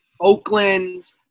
Oakland